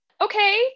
okay